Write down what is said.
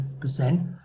percent